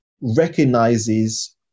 recognizes